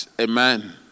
Amen